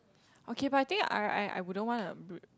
okay but I think I I I wouldn't wanna put